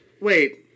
Wait